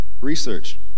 Research